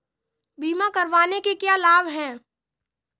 बीमा करवाने के क्या क्या लाभ हैं?